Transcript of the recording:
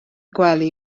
gwely